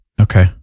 Okay